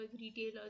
retailers